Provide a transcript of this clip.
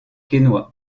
quesnoy